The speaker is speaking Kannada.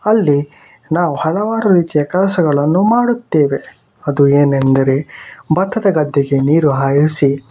ಅಲ್ಲಿ ನಾವು ಹಲವಾರು ರೀತಿಯ ಕೆಲಸಗಳನ್ನು ಮಾಡುತ್ತೇವೆ ಅದು ಏನೆಂದರೆ ಭತ್ತದ ಗದ್ದೆಗೆ ನೀರು ಹಾಯಿಸಿ